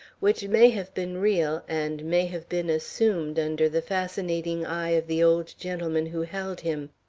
which may have been real, and may have been assumed under the fascinating eye of the old gentleman who held him.